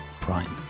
prime